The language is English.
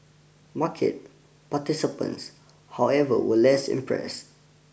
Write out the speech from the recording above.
market participants however were less impressed